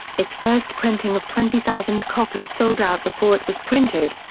its first printing of twenty thousand copies sold out before it was printed.